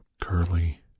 curly